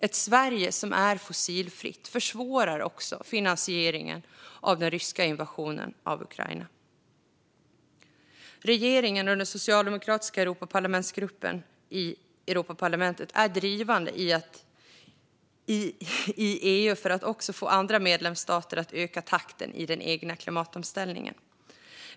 Ett Sverige som är fossilfritt försvårar också finansieringen av den ryska invasionen av Ukraina. Regeringen och den socialdemokratiska Europaparlamentsgruppen är drivande i EU för att få också andra medlemsstater att öka takten i den egna kliamatomställningen.